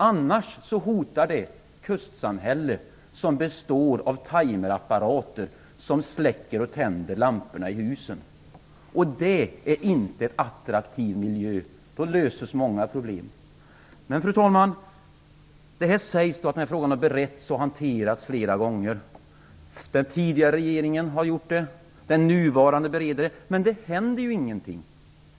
Annars hotas vi av ett kustsamhälle som består av hus med timerapparater som släcker och tänder lamporna. Det är inte en attraktiv miljö. Fru talman! Det sägs att den här frågan har beretts och hanterats flera gånger. Den tidigare regeringen har gjort det, den nuvarande bereder den. Men det händer ju ingenting!